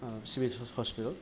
civil hospital